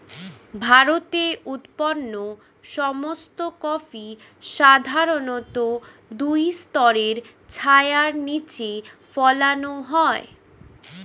ভারতে উৎপন্ন সমস্ত কফি সাধারণত দুই স্তরের ছায়ার নিচে ফলানো হয়